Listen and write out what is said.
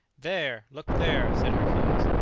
there! look there! said hercules,